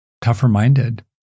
tougher-minded